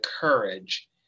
courage